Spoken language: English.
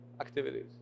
activities